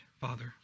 Father